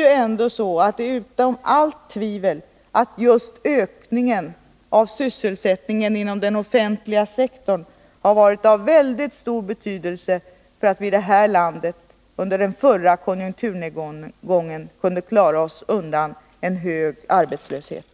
Det är nämligen ställt utom allt tvivel att just ökningen av sysselsättningen inom den offentliga sektorn har varit av stor betydelse för att vi i det här landet under den förra konjunkturnedgången kunde klara oss undan en hög arbetslöshet.